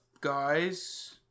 guys